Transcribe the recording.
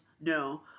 no